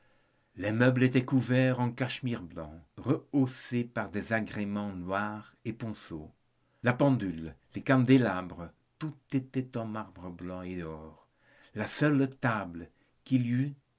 les meubles étaient couverts en cachemire blanc rehaussé par des agréments noirs et ponceau la pendule les candélabres tout était en marbre blanc et or la seule table qu'il y eût